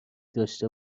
داشته